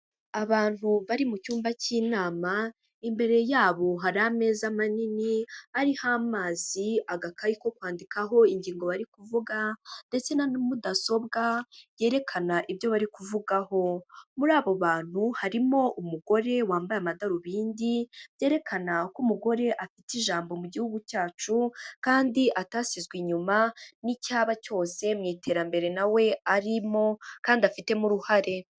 Abantu bari mu cyumba cy'inama, imbere yabo hari ameza manini ariho amazi, agakayi ko kwandikaho ingingo bari kuvuga ndetse na mudasobwa yerekana ibyo bari kuvugaho, muri abo bantu harimo umugore wambaye amadarubindi, byerekana ko umugore afite ijambo mu gihugu cyacu kandi atasizwe inyuma n'icyaba cyose mu iterambere na we arimo kandi afitemo uruhare.